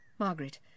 Margaret